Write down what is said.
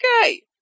okay